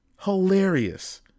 hilarious